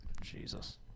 Jesus